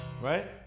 Right